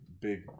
big